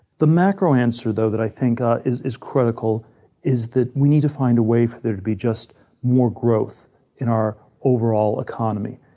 the macro answer though that i think is is critical is that we need to find a way for there to be just more growth in our overall economy.